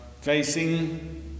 facing